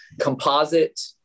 composite